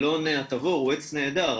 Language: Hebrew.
אלון התבור הוא עץ נהדר,